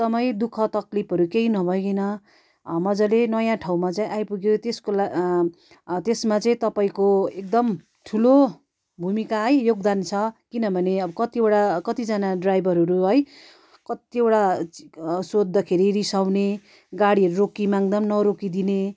एकदमै दु ख तकलिफहरू केही नभइकन मजाले नयाँ ठाउँमा चाहिँ आइपुग्यो त्यसको ला त्यसमा चाहिँ तपाईँको एकदम ठुलो भूमिका है योगदान छ किनभने अब कतिवटा कतिजना ड्राइभरहरू है कतिवटा सोद्धाखेरि रिसाउने गाडीहरू रोकी माग्दा पनि नरोकीदिने